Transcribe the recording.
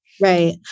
Right